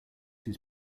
his